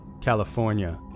California